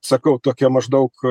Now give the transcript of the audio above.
sakau tokia maždaug